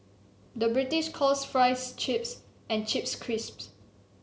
the British calls fries chips and chips crisps